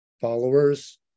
followers